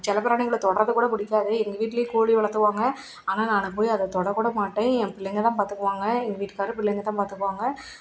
செல்லப்பிராணிகளை தொடுறதுக்கூட பிடிக்காது எங்கள் வீட்டில் கோழி வளர்த்துவாங்க ஆனால் நான் போய் அதை தொடக்கூட மாட்டேன் என் பிள்ளைங்கதான் பார்த்துக்குவாங்க எங்கள் வீட்டுக்காரரு பிள்ளைங்கதான் பார்த்துக்குங்க